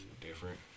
Different